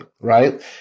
Right